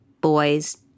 boys